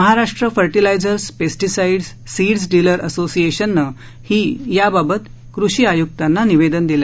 Maharashtra fertilizers pesticide seeds dealers association नं ही याबाबत कृषी आयक्तांना निवेदन दिलं